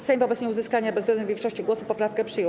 Sejm wobec nieuzyskania bezwzględnej większości głosów poprawkę przyjął.